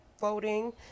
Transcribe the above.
voting